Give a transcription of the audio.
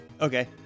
Okay